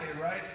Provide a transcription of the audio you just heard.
right